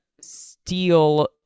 steal